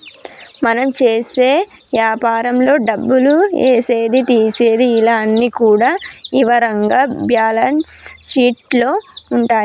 మనం చేసే యాపారంలో డబ్బులు ఏసేది తీసేది ఇలా అన్ని కూడా ఇవరంగా బ్యేలన్స్ షీట్ లో ఉంటాయి